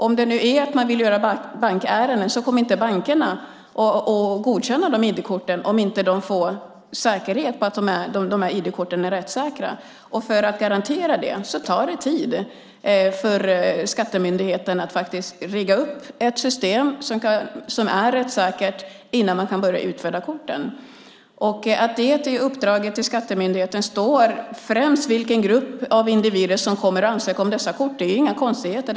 Om man då vill göra bankärenden kommer bankerna inte att godkänna de ID-korten om de inte får en garanti för att de här ID-korten är rättssäkra. Och för att kunna garantera det tar det tid för skattemyndigheten att faktiskt rigga upp ett system som är rättssäkert innan man kan börja utfärda korten. Att det i uppdraget till skattemyndigheten står vilken grupp av individer som främst kommer att ansöka om dessa kort är inga konstigheter.